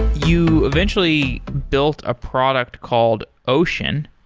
you eventually built a product called ocean,